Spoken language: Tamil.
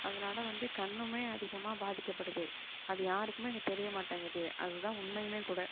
அதனால் வந்து கண்ணுமே அதிகமாக பாதிக்கப்படுது அது யாருக்குமே இங்கே தெரிய மாட்டேங்குது அது தான் உண்மையுமே கூட